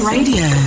Radio